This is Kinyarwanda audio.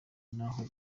n’aho